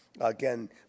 Again